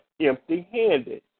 empty-handed